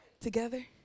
Together